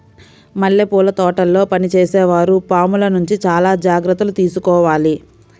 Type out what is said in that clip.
మల్లెపూల తోటల్లో పనిచేసే వారు పాముల నుంచి చాలా జాగ్రత్తలు తీసుకోవాలి